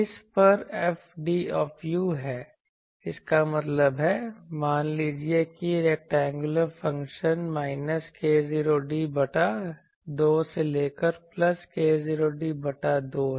इस पर Fd है इसका मतलब है मान लीजिए कि रैक्टेंगुलर फंक्शन माइनस k0d बटा 2 से लेकर प्लस k0d बटा 2 है